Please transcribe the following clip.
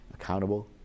accountable